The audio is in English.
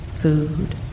food